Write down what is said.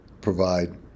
provide